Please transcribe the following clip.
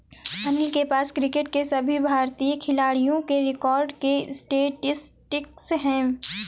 अनिल के पास क्रिकेट के सभी भारतीय खिलाडियों के रिकॉर्ड के स्टेटिस्टिक्स है